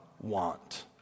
want